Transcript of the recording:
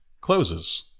closes